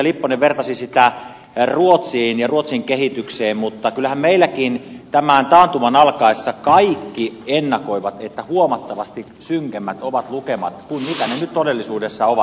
lipponen vertasi sitä ruotsiin ja ruotsin kehitykseen mutta kyllähän meilläkin tämän taantuman alkaessa kaikki ennakoivat että huomattavasti synkemmät ovat lukemat kuin ne nyt todellisuudessa ovat